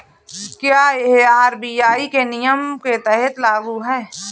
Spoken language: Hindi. क्या यह आर.बी.आई के नियम के तहत लागू है?